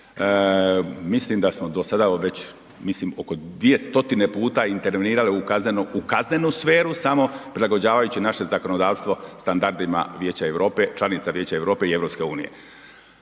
mislim da smo do sada već mislim oko 2 stotine puta intervenirali u kaznenu sferu samo prilagođavajući naše zakonodavstvo standardima Vijeća EU, članica Vijeća